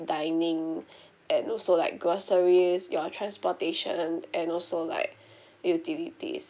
dining and also like grocery your transportation and also like utilities